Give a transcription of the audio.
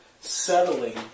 settling